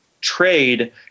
trade